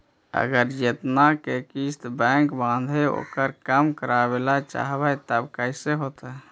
अगर जेतना के किस्त बैक बाँधबे ओकर कम करावे ल चाहबै तब कैसे होतै?